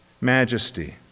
majesty